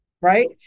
Right